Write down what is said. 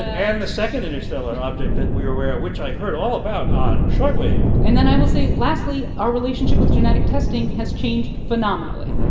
and the second interstellar object that we were aware of, which i heard all about on short wave and then i will say, lastly, our relationship with genetic testing has changed phenomenally.